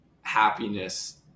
happiness